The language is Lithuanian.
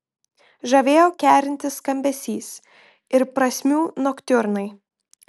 žavėjo kerintis skambesys ir prasmių noktiurnai